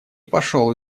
пошел